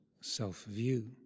self-view